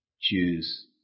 choose